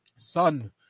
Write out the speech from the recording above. son